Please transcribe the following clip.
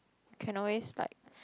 can always like